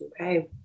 Okay